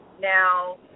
Now